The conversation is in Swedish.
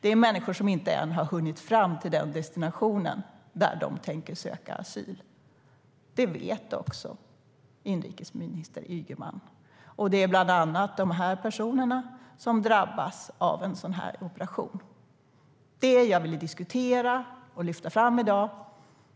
Det är människor som ännu inte har hunnit fram till den destination där de tänker söka asyl. Det vet också inrikesminister Ygeman.Det är bland annat de personerna som drabbas av en sådan här operation. Det var det jag ville diskutera och lyfta fram i dag.